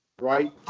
right